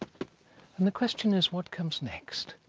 and the question is, what comes next?